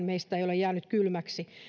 meistä ei ole jäänyt kylmäksi